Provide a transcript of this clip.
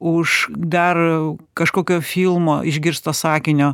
už dar kažkokio filmo išgirsto sakinio